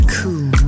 Cool